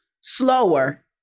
slower